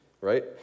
right